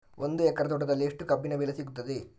ಒಂದು ಎಕರೆ ತೋಟದಲ್ಲಿ ಎಷ್ಟು ಕಬ್ಬಿನ ಬೆಳೆ ಸಿಗುತ್ತದೆ?